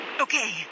Okay